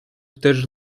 też